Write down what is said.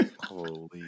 Holy